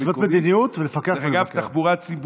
להתוות מדיניות ולפקח ולבקר.